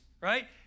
right